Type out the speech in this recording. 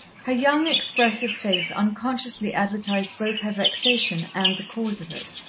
her young, expressive face unconsciously advertised both her vexation and the cause of it.